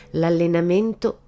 l'allenamento